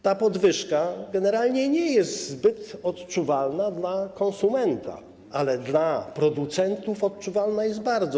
Ta podwyżka generalnie nie jest zbyt odczuwalna dla konsumenta, ale dla producentów odczuwalna jest bardzo.